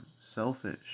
selfish